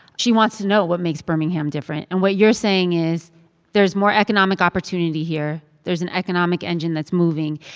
she wants to know what makes birmingham different, and what you're saying is there is more economic opportunity here, there's an economic engine that's moving.